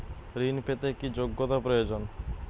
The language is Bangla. ঋণ পেতে কি যোগ্যতা প্রয়োজন?